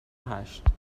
هشت